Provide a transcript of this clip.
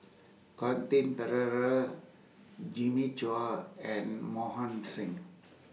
Quentin Pereira Jimmy Chua and Mohan Singh